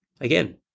Again